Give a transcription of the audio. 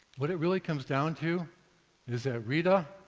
what it really comes down to is that rita,